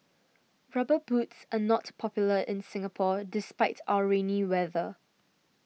rubber boots are not popular in Singapore despite our rainy weather